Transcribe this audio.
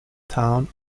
town